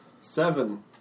Seven